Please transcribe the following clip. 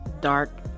dark